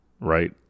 right